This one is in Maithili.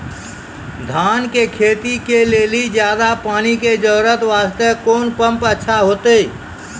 धान के खेती के लेली ज्यादा पानी के जरूरत वास्ते कोंन पम्प अच्छा होइते?